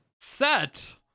Set